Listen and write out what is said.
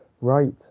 Right